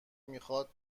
میخواد